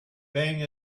bang